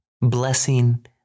blessing